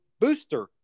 booster